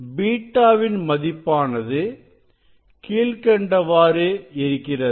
β வின் மதிப்பானது கீழ்க்கண்டவாறு இருக்கிறது